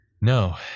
no